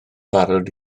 barod